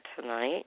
tonight